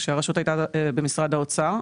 כאשר הרשות הייתה במשרד האוצר.